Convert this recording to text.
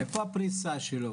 איפה הפריסה שלו,